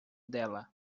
dela